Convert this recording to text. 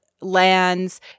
lands